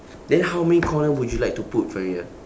then how many corner would you like to put for your